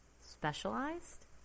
specialized